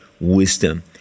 wisdom